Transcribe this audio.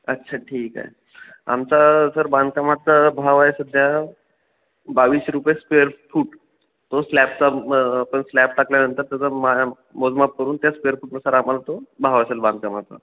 अच्छा ठीक आहे आमचा सर बांधकामाचं भाव आहे सध्या बावीस रुपये स्क्वेअर फूट तो स्लॅबचा पण स्लॅब टाकल्यानंतर त्याचा मा मोजमाप करून त्या स्क्वेअर फूटनं सर आम्हाला तो भाव असेल बांधकामाचा